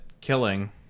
killing